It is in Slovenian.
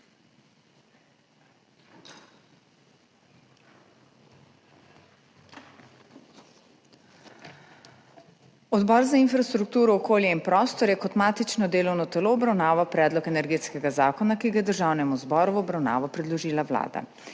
Odbor za infrastrukturo, okolje in prostor je kot matično delovno telo obravnaval Predlog energetskega zakona, ki ga je Državnemu zboru v obravnavo predložila Vlada.